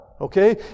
okay